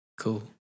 Cool